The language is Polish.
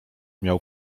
miał